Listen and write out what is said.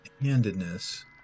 handedness